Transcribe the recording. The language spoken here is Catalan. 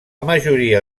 majoria